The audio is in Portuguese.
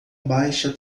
baixa